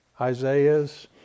Isaiahs